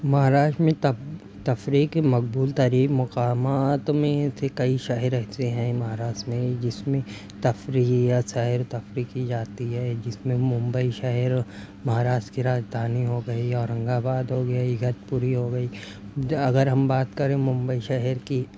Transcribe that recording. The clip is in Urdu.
مہاراشٹرا میں تب تفریح کی مقبول ترین مقامات میں سے کئی شہر ایسے ہیں مہاراشٹرا میں جس میں تفریح یا سیر تفریح کی جاتی ہے جس میں ممبئی شہر مہاراشٹرا کی راجدھانی ہو گئی آورنگ آباد ہو گیا اگتپوری ہو گئی اگر ہم بات کریں ممبئی شہر کی